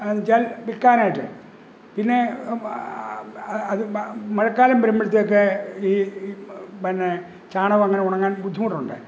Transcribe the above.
അതെന്നുവച്ചാൽ വില്ക്കാനായിട്ട് പിന്നെ അത് മഴക്കാലം വരുമ്പോഴത്തേക്ക് ഈ പിന്നെ ചാണകമങ്ങനുണങ്ങാൻ ബുദ്ധിമുട്ടുണ്ട്